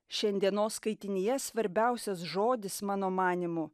šiandienos skaitinyje svarbiausias žodis mano manymu